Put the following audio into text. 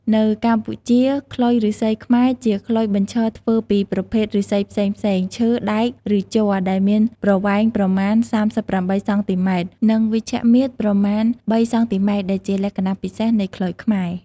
នៅកម្ពុជា ខ្លុយឫស្សីខ្មែរជាខ្លុយបញ្ឈរធ្វើពីប្រភេទឫស្សីផ្សេងៗ ឈើ ដែក ឬជ័រដែលមានប្រវែងប្រមាណ ៣៨ សង់ទីម៉ែត្រ. និងវិជ្ឈមាត្រប្រមាណ ៣ សង់ទីម៉ែត្រ. ដែលជាលក្ខណៈពិសេសនៃខ្លុយខ្មែរ។